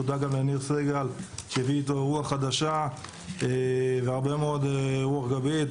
תודה גם לניר סגל שהביא איתו רוח חדשה והרבה מאוד רוח גבית,